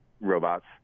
robots